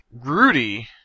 Rudy